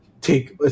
take